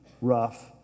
rough